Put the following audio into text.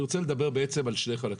אני רוצה לדבר על שני חלקים.